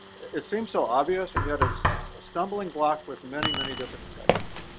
it seems so obvious and yet it's a stumbling block with many, many different infections.